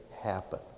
happen